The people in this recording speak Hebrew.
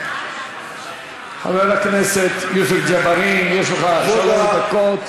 חבר הכנסת יוסף ג'בארין, יש לך שלוש דקות.